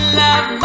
love